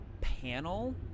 panel